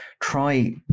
try